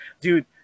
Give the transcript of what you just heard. dude